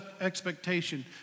expectation